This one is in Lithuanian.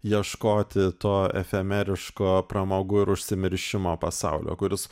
ieškoti to efemeriško pramogų ir užsimiršimo pasaulio kuris